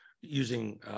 using